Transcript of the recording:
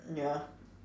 ya